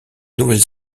nouvelle